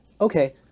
Okay